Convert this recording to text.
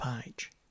page